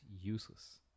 useless